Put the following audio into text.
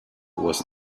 was